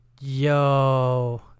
Yo